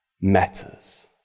matters